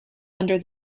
under